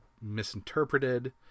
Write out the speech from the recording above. misinterpreted